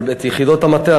אבל את יחידות המטה,